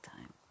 time